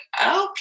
okay